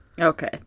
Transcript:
Okay